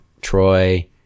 Troy